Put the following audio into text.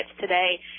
today